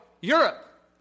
Europe